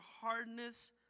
hardness